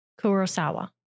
Kurosawa